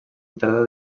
entrada